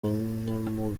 nyamugigima